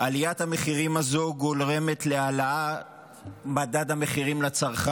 עליית המחירים הזו גורמת להעלאת מדד המחירים לצרכן.